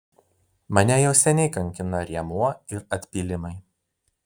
mane jau seniai kankina rėmuo ir atpylimai